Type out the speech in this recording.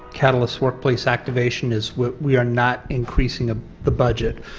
catalyst workplace activation is we are not increasing ah the budget.